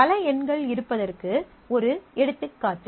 பல எண்கள் இருப்பதற்கு ஒரு எடுத்துக்காட்டு